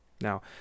Now